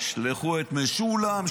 תשלחו את משולם,